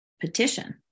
petition